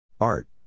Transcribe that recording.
Art